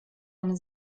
eine